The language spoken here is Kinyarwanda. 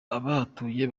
abahatuye